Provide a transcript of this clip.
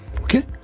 okay